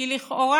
כי לכאורה